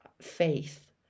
faith